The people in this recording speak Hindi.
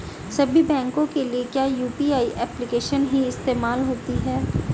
सभी बैंकों के लिए क्या यू.पी.आई एप्लिकेशन ही इस्तेमाल होती है?